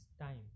time